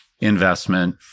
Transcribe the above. investment